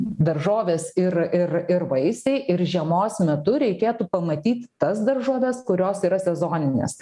daržovės ir ir ir vaisiai ir žiemos metu reikėtų pamatyti tas daržoves kurios yra sezoninės